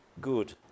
good